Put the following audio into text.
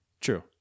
True